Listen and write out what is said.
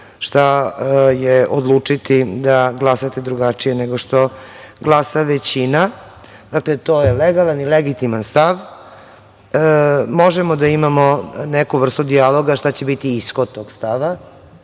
šta je odlučiti da glasate drugačije nego što glasa većina. Dakle, to je legalan i legitiman stav. Možemo da imamo neku vrstu dijaloga, a šta će biti ishod tog stava